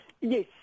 Yes